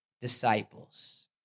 disciples